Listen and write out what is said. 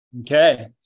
Okay